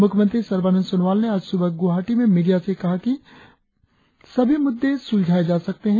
मुख्यमंत्री सर्बानंद सोनोवाल ने आज सुबह गुवाहाटी में मीडिया से कहा कि बातचीत से सभी मुद्दे सुलझाएं जा सकते हैं